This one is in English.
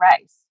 race